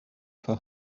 for